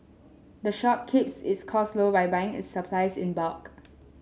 the shop keeps its costs low by buying its supplies in bulk